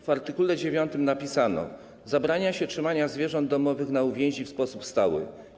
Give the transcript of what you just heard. W art. 9 napisano: Zabrania się trzymania zwierząt domowych na uwięzi w sposób stały.